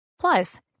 Plus